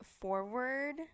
forward